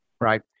Right